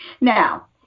Now